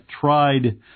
tried